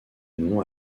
nom